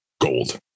gold